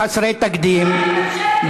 חסרי תקדים,